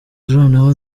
noneho